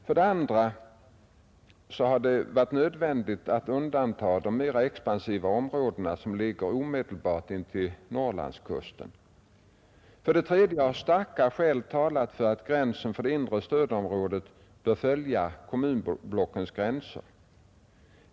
För det andra har det varit nödvändigt att undanta det mera expansiva område som ligger omedelbart intill Norrlandskusten. För det tredje har starka skäl talat för att gränsen för det inre stödområdet bör följa kommunblockens gränser.